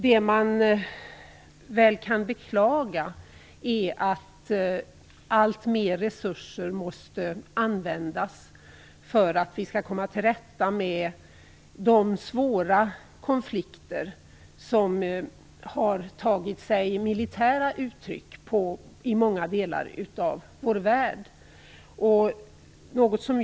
Det man kan beklaga är att alltmer resurser måste användas för att vi skall komma till rätta med de svåra konflikter som har tagit sig militära uttryck i många delar av vår värld.